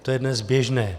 To je dnes běžné.